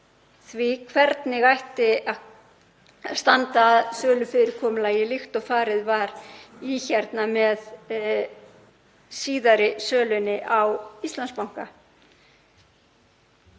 því hvernig ætti að standa að sölufyrirkomulagi líkt og farið var í með síðari sölunni á Íslandsbanka.